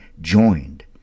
joined